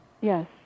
Yes